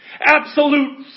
absolute